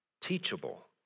teachable